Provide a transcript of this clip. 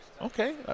okay